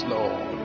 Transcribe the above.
Lord